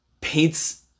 paints